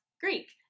Greek